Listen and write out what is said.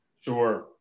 Sure